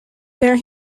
there